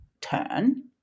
turn